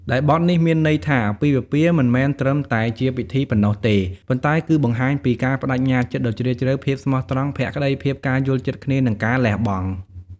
ដែលបទនេះមានន័យថា អាពាហ៍ពិពាហ៍មិនមែនត្រឹមតែជាពិធីប៉ុណ្ណោះទេ ប៉ុន្តែគឺបង្ហាញពីការប្តេជ្ញាចិត្តដ៏ជ្រាលជ្រៅ ភាពស្មោះត្រង់ ភក្តីភាព ការយល់ចិត្តគ្នា និងការលះបង់។